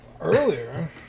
Earlier